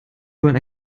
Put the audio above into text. wollen